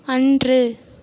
அன்று